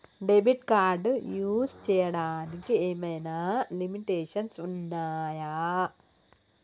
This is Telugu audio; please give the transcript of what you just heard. డెబిట్ కార్డ్ యూస్ చేయడానికి ఏమైనా లిమిటేషన్స్ ఉన్నాయా?